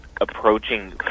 approaching